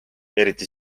eriti